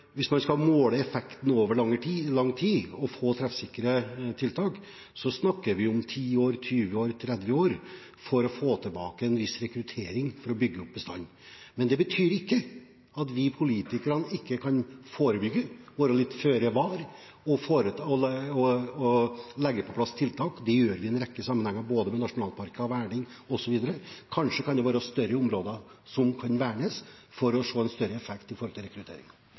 skal måle effekten over lang tid og få treffsikre tiltak, snakker vi om 10 år, 20 år, 30 år for å få tilbake en viss rekruttering for å bygge opp bestanden, men det betyr ikke at vi politikere ikke kan forebygge, være litt føre var og legge på plass tiltak. Det gjør vi i en rekke sammenhenger, både med nasjonalparker, verning osv. Kanskje kan det være større områder som kan vernes for å få en større effekt på rekrutteringen. Det blir fortsatt henvist til